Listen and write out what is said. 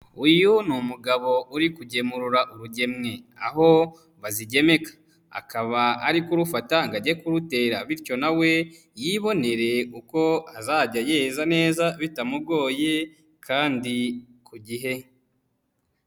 Uyu ni umugabo uri kugemura urugemwe aho bazigemeka, akaba ari kurufata ngo ajye kurutera bityo nawe yibonere kuko azajya yeza neza bitamugoye kandi ku gihe.